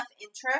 interest